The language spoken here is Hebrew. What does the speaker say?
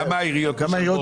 מה החלק של העיריות?